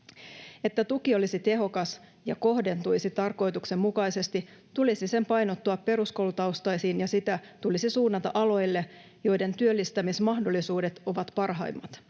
Jotta tuki olisi tehokas ja kohdentuisi tarkoituksenmukaisesti, tulisi sen painottua peruskoulutaustaisiin ja sitä tulisi suunnata aloille, joiden työllistämismahdollisuudet ovat parhaimmat.